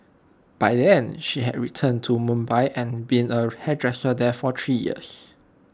by then she had returned to Mumbai and been A hairdresser there for three years